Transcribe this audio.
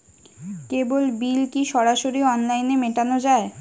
কেবল bill কি সরাসরি অনলাইনে মেটানো য়ায়?